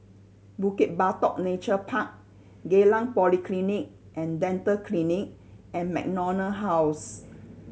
Bukit Batok Nature Park Geylang Polyclinic And Dental Clinic and MacDonald House